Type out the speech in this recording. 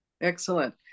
Excellent